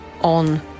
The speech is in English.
on